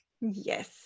yes